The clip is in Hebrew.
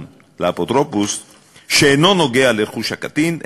לאפוטרופוס ואינו קשור לרכוש הקטין,